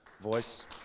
voice